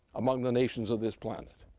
among the nations of this planet.